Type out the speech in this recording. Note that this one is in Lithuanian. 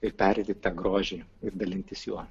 ir pereiti tą grožį ir dalintis juo